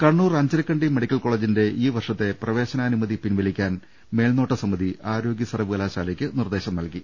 Kannur Anjarakandy medical കോളേജിന്റെ ഈ വർഷത്തെ പ്രവേശനാനുമതി പിൻവലിക്കാൻ മേൽനോട്ട സമിതി ആരോഗ്യ സർവ്വകലാശാലയ്ക്ക് നിർദ്ദേശം നൽകി